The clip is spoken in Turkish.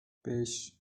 beş